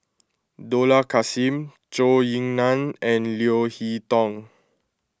Dollah Kassim Zhou Ying Nan and Leo Hee Tong